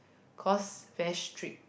cause very strict